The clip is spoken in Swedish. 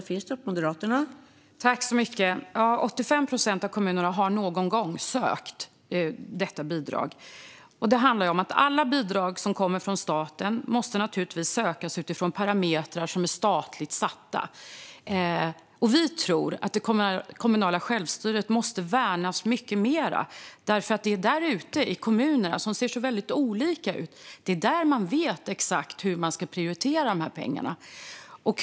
Fru talman! Ja, 85 procent av kommunerna har någon gång sökt detta bidrag. Alla bidrag som kommer från staten måste naturligtvis sökas utifrån parametrar som är statligt satta. Vi tror att det kommunala självstyret måste värnas mycket mer, för det är därute i kommunerna, som ser så väldigt olika ut, som man vet exakt hur man ska prioritera användningen av pengarna.